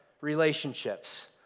relationships